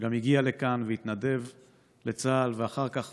שגם הגיע לכאן והתנדב לצה"ל, ואחר כך